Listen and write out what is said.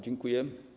Dziękuję.